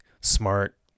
smart